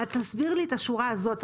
תסביר לי את השורה הזו,